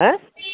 आँय